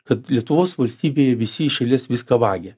kad lietuvos valstybėje visi iš eilės viską vagia